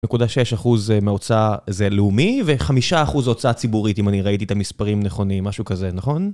נקודה 6 אחוז מהוצאה זה לאומי, ו-5 אחוז הוצאה ציבורית, אם אני ראיתי את המספרים נכונים, משהו כזה, נכון?